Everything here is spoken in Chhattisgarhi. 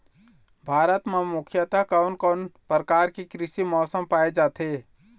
भारत म मुख्यतः कोन कौन प्रकार के कृषि मौसम पाए जाथे?